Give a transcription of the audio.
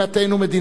ומקווים,